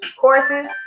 courses